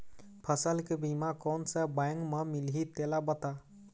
फसल के बीमा कोन से बैंक म मिलही तेला बता?